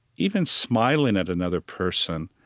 even smiling at another person,